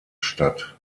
statt